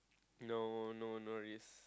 no no no risk